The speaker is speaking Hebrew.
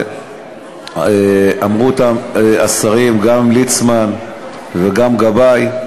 שאמרו אותן השרים, גם ליצמן וגם גבאי: